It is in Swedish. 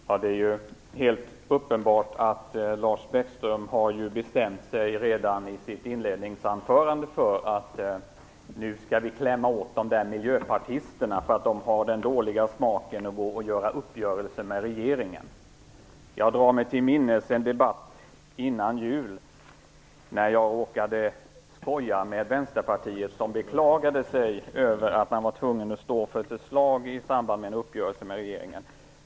Herr talman! Det är helt uppenbart att Lars Bäckström redan i sitt inledningsanförande bestämde sig för att nu klämma åt miljöpartisterna för att de har den dåliga smaken att göra en uppgörelse med regeringen. Jag drar mig till minnes en debatt som ägde rum före jul, då jag råkade skoja med Vänsterpartiet som beklagade sig över att man var tvungen att stå för ett förslag i samband med en uppgörelse med regeringen.